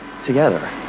together